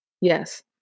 yes